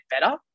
better